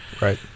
Right